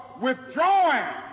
withdrawing